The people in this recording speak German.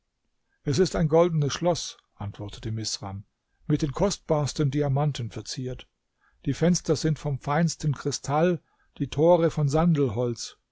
es ist ein goldenes schloß antwortete misram mit den kostbarsten diamanten verziert die fenster sind vom feinsten kristall die tore von sandelholz